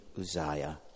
Uzziah